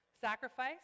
Sacrifice